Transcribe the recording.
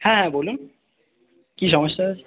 হ্যাঁ বলুন কী সমস্যা হয়েছে